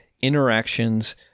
interactions